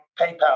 PayPal